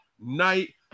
night